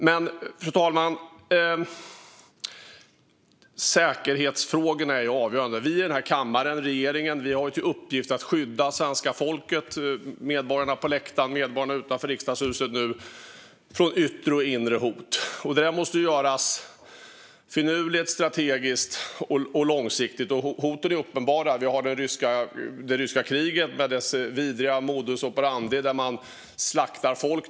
Men, fru talman, säkerhetsfrågorna är avgörande. Vi i denna kammare och regeringen har till uppgift att skydda svenska folket - medborgarna på läktaren och utanför riksdagshuset - från yttre och inre hot. Detta måste göras finurligt, strategiskt och långsiktigt. Hoten är uppenbara. Vi har det ryska kriget, med dess vidriga modus operandi där man slaktar folk.